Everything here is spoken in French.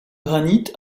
granit